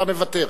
אתה מוותר.